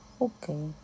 Okay